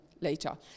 later